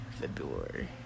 February